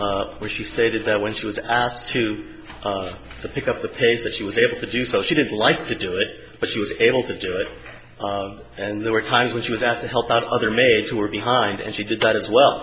she stated that when she was asked to pick up the pace that she was able to do so she didn't like to do it but she was able to do it and there were times when she was asked to help out other major we're behind and she did that as well